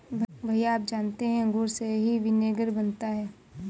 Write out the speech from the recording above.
भैया आप जानते हैं अंगूर से ही विनेगर बनता है